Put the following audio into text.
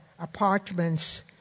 apartments